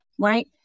Right